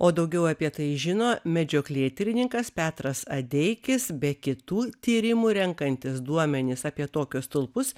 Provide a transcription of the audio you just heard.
o daugiau apie tai žino medžioklėtyrininkas petras adeikis be kitų tyrimų renkantis duomenis apie tokius stulpus